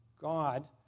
God